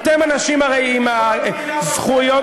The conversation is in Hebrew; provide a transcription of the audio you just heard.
מי שחרר אותם?